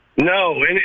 No